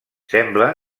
sembla